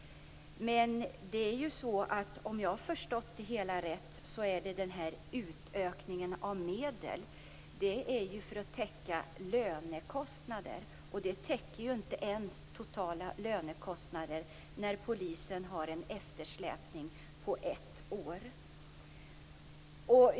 Men om jag har förstått det hela rätt är den här utökningen av medel till för att täcka lönekostnader, och det täcker inte ens totala lönekostnader när polisen har en eftersläpning på ett år.